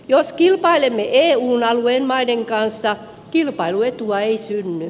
jos kilpailemme eun alueen maiden kanssa kilpailuetua ei synny